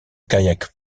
kayak